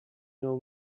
your